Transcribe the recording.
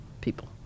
people